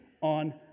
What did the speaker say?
on